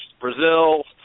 Brazil